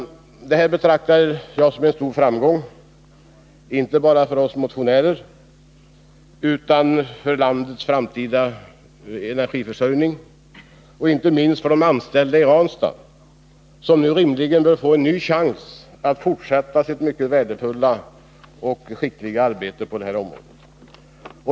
Detta uttalande betraktar jag som en stor framgång inte bara för oss motionärer, utan även för landets framtida energiförsörjning och inte minst för de anställda i Ranstad, som nu rimligen bör få en ny chans att fortsätta sitt mycket värdefulla och skickliga arbete på det här området.